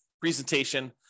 presentation